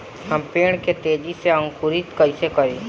हम पेड़ के तेजी से अंकुरित कईसे करि?